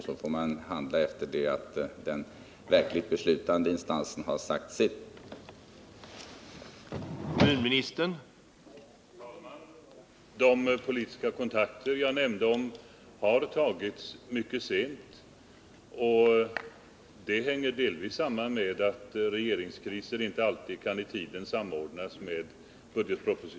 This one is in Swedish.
Man får handla efter det att den verkligt beslutande instansen har sagt sitt ord.